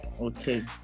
Okay